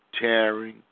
tearing